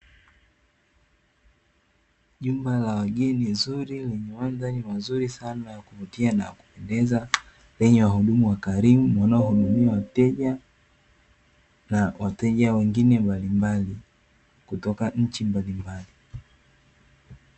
Jumba la wageni zuri, lenye mandhari mazuri sana ya kuvutia na ya kupendeza, lenye wahudumu wakarimu wanaohudumia wateja, na wateja wengine mbalimbali kutoka nchi mbalimbali.